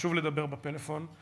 חשוב לדבר בפלאפון,